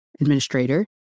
administrator